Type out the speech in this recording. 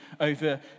over